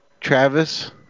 Travis